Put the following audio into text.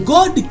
God